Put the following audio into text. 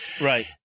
Right